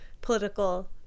political